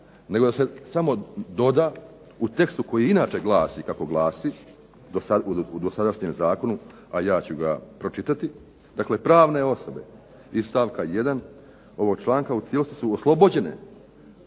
nego da se samo doda u tekstu koji i inače glasi kako glasi, u dosadašnjem zakonu, a ja ću ga pročitati. Dakle, pravne osobe iz stavka 1. ovog članka u cijelosti su oslobođene